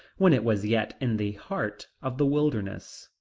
when it was yet in the heart of the wilderness,